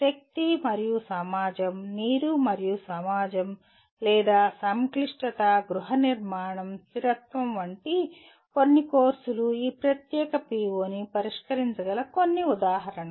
శక్తి మరియు సమాజం నీరు మరియు సమాజం లేదా సంక్లిష్టత గృహనిర్మాణం స్థిరత్వం వంటి కొన్ని కోర్సులు ఈ ప్రత్యేక PO ని పరిష్కరించగల కొన్ని ఉదాహరణలు